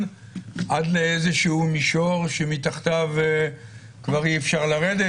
איזשהו מישור שמתחתיו כבר אי-אפשר לרדת,